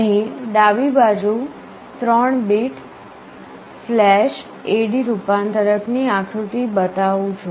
અહીં ડાબી બાજુ હું 3 બીટ ફ્લેશ AD રૂપાંતરક ની આકૃતિ બતાવું છું